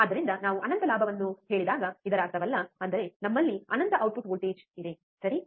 ಆದ್ದರಿಂದ ನಾವು ಅನಂತ ಲಾಭವನ್ನು ಹೇಳಿದಾಗ ಇದರ ಅರ್ಥವಲ್ಲ ಅಂದರೆ ನಮ್ಮಲ್ಲಿ ಅನಂತ ಔಟ್ಪುಟ್ ವೋಲ್ಟೇಜ್ ಇದೆ ಸರಿ